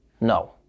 No